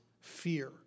fear